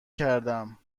کردم